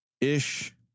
ish